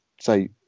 say